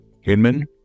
Hinman